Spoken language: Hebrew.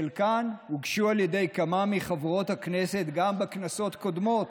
חלקן הוגשו על ידי כמה מחברות הכנסת גם בכנסות קודמות.